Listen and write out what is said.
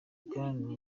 pyongyang